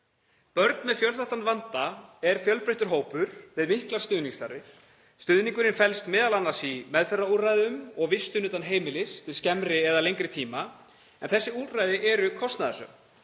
Börn með fjölþættan vanda eru fjölbreyttur hópur með miklar stuðningsþarfir. Stuðningurinn felst m.a. í meðferðarúrræðum og vistun utan heimilis til skemmri eða lengri tíma. En þessi úrræði eru kostnaðarsöm